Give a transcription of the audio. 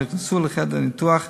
ונכנסו לחדר ניתוח